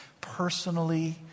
personally